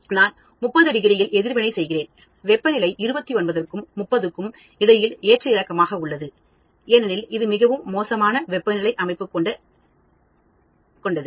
நான் 30°இல் எதிர்வினை செய்கிறேன் வெப்பநிலை இருபத்தொன்பது முப்பதுக்கும் இடையில் ஏற்ற இறக்கமாக உள்ளது ஏனெனில் இது மிகவும் மோசமான வெப்பநிலை அமைப்பு கொண்டது